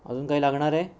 अजून काही लागणार आहे